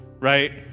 right